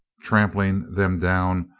trampling them down,